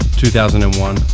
2001